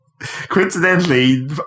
coincidentally